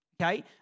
Okay